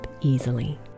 easily